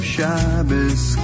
Shabbos